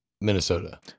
Minnesota